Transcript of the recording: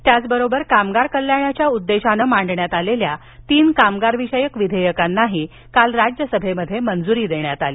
त्याचबरोबर कामगार कल्याणाच्या उद्देशानं मांडण्यात आलेल्या तीन कामगार विषयक विधेयकांनाही काल राज्यसभेत मंजूरी देण्यात आली